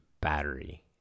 battery